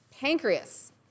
Pancreas